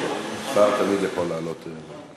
המשרד לאזרחים ותיקים),